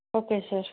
okay sir